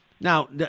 Now